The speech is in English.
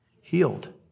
healed